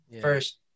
first